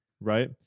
Right